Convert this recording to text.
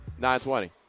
920